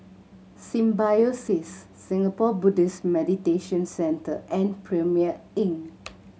Symbiosis Singapore Buddhist Meditation Centre and Premier Inn